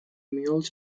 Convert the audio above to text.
mules